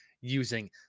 using